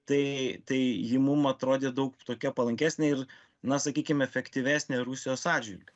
tai tai ji mum atrodė daug tokia palankesnė ir na sakykim efektyvesnė rusijos atžvilgiu